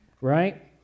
right